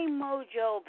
mojo